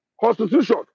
Constitution